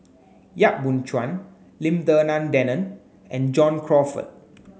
Yap Boon Chuan Lim Denan Denon and John Crawfurd